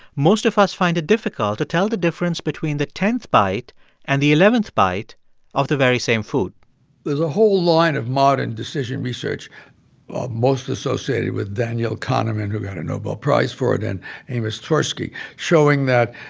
most of us find it difficult to tell the difference between the tenth bite and the eleventh bite of the very same food there's a whole line of modern decision research mostly associated with daniel kahneman, who got a nobel prize for it, and amos tversky showing that,